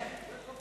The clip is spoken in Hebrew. וחבר